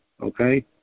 Okay